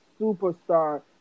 superstar